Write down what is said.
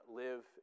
live